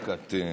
לא דקת,